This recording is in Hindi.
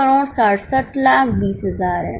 क्या आप इसे समझ रहे हैं